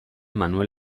manuel